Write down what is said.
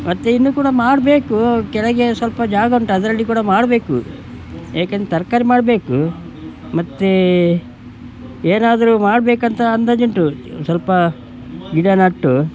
ಮತ್ತು ಇನ್ನೂ ಕೂಡ ಮಾಡಬೇಕು ಕೆಳಗೆ ಸ್ವಲ್ಪ ಜಾಗ ಉಂಟು ಅದರಲ್ಲಿ ಕೂಡ ಮಾಡಬೇಕು ಏಕೆಂದರೆ ತರಕಾರಿ ಮಾಡಬೇಕು ಮತ್ತೆ ಏನಾದರೂ ಮಾಡಬೇಕಂತ ಅಂದಾಜುಂಟು ಸ್ವಲ್ಪ ಗಿಡ ನೆಟ್ಟು